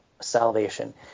salvation